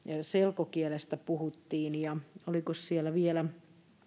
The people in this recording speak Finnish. selkokielestä puhuttiin ja olikos siellä vielä